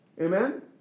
Amen